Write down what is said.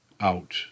out